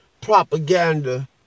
propaganda